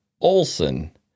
Olson